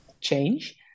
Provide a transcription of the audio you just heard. change